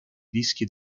dischi